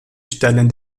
stellen